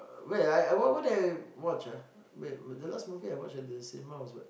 wait I what what did I watch ah wait the last movie I watch at the cinema was that